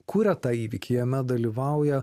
kuria tą įvykį jame dalyvauja